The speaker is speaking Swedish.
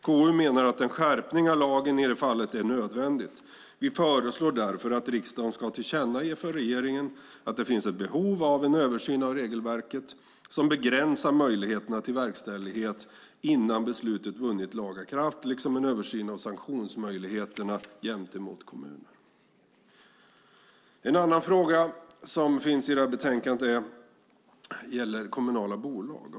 KU menar att en skärpning av lagen i det fallet är nödvändigt. Vi föreslår därför att riksdagen ska tillkännage för regeringen att det finns ett behov av en översyn av regelverket som begränsar möjligheterna till verkställighet innan beslutet vunnit laga kraft liksom en översyn av sanktionsmöjligheterna gentemot kommunerna. En annan fråga i betänkandet gäller kommunala bolag.